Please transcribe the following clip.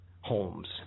Holmes